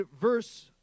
verse